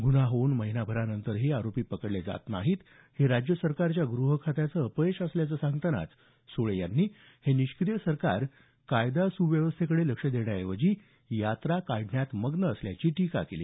गुन्हा होऊन महिनाभरानंतरही आरोपी पकडले जात नाहीत हे राज्य सरकारच्या ग्रहखात्याचं अपयश असल्याचं सांगतानाच सुळे यांनी हे निष्क्रीय सरकार कायदा सुव्यवस्थेकडे लक्ष देण्याऐवजी यात्रा काढण्यात मग्न असल्याची टीका केली